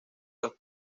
los